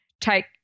take